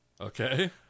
Okay